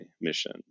mission